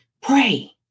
pray